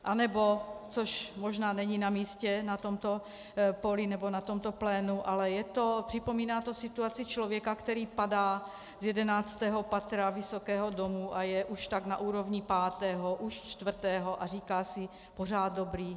Anebo, což možná není namístě na tomto poli, nebo na tomto plénu, ale připomíná to situaci člověka, který padá z jedenáctého patra vysokého domu a je už tak na úrovni pátého, už čtvrtého a říká si: Pořád dobrý.